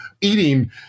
eating